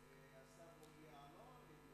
כמו השר בוגי יעלון,